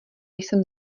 jsem